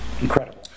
incredible